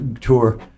tour